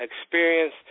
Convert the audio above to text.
experience